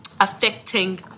affecting